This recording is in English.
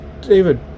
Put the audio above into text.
David